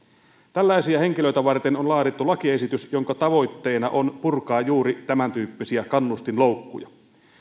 tällaisia henkilöitä varten on laadittu lakiesitys jonka tavoitteena on purkaa juuri tämäntyyppisiä kannustinloukkuja